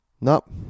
nope